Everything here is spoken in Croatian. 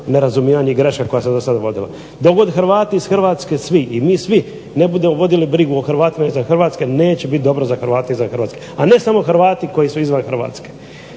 …nerazumijevanje … koja se do sad vodila. Dok god Hrvati iz Hrvatske svi i mi svi ne budemo vodili brigu o Hrvatima izvan Hrvatske neće biti dobro za Hrvate izvan Hrvatske, a ne samo Hrvati koji su izvan Hrvatske.